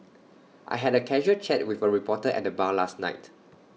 I had A casual chat with A reporter at the bar last night